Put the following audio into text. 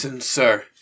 sir